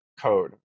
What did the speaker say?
code